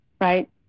right